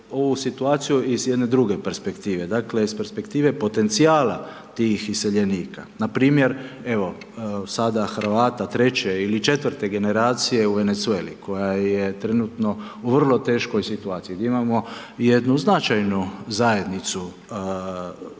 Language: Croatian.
ovu situaciju iz jedne druge perspektive, dakle, iz perspektive potencijala tih iseljenika. Npr. evo, Hrvata treće ili četvrte generacije u Venezueli, koja je trenutno u vrlo teškoj situaciji, gdje imamo jednu značajnu zajednicu